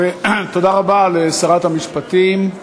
תודה רבה לשרת המשפטים.